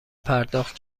پرداخت